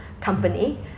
company